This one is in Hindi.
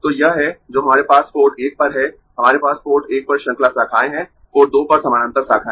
तो यह है जो हमारे पास पोर्ट एक पर है हमारे पास पोर्ट एक पर श्रृंखला शाखाएं है पोर्ट दो पर समानांतर शाखाएं